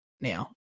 now